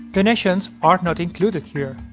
donations are not included here.